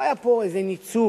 לא היה פה איזה ניצול,